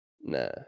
Nah